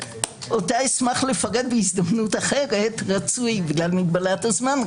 אותה אשמח לפרט בהזדמנות אחרת בגלל מגבלת הזמן,